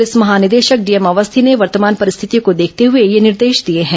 police महानिदेशक DM Awasthi ने वर्तमान परिस्थितियों को देखते हुए यह निर्देश दिए हैं